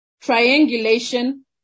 triangulation